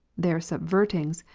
their subvertings,